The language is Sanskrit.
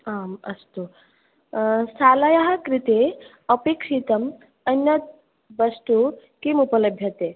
आम् अस्तु शालायाः कृते अपेक्षितम् अन्यत् वस्तु किम् उपलभ्यते